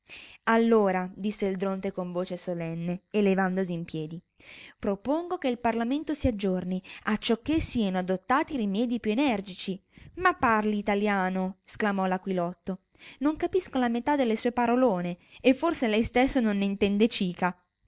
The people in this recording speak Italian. allora disse il dronte con voce solenne e levandosi in piedi propongo che il parlamento si aggiorni acciochè sieno adottati rimedii più energici ma parli italiano sclamò l'aquilotto non capisco la metà delle sue parolone e forse lei stesso non ne intende cica